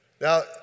Now